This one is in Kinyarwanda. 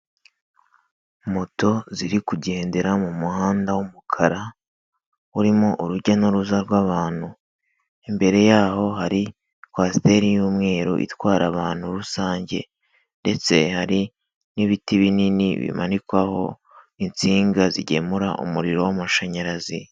Moto ziri kugendera mu muhanda w'umukara, urimo urujya n'uruza rw'abantu, imbere yaho hari kwasiteri y'umweru itwara abantu rusange ndetse hari n'ibiti binini bimanikwaho insinga zigemura umuriro w'amashanyarazi.